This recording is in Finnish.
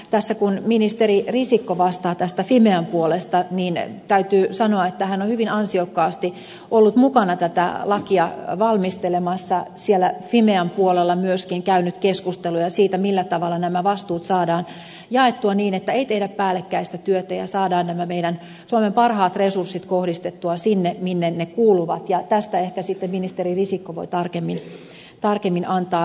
tässä kun ministeri risikko vastaa tästä fimean puolesta niin täytyy sanoa että hän on hyvin ansiokkaasti ollut mukana tätä lakia valmistelemassa siellä fimean puolella myöskin käynyt keskusteluja siitä millä tavalla nämä vastuut saadaan jaettua niin että ei tehdä päällekkäistä työtä ja saadaan nämä meidän suomen parhaat resurssimme kohdistettua sinne minne ne kuuluvat ja tästä ehkä sitten ministeri risikko voi tarkemmin antaa selostusta